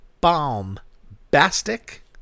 bombastic